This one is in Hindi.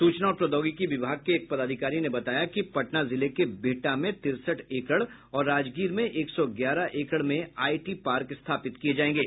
सूचना और प्रौद्योगिकी विभाग के एक पदाधिकारी ने बताया कि पटना जिले के बिहटा में तिरसठ एकड़ और राजगीर मे एक सौ ग्यारह एकड़ में आईटी पार्क स्थापित किये जायेंगे